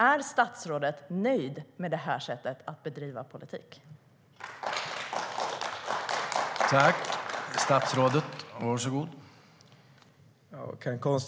Är statsrådet nöjd med det här sättet att bedriva politik?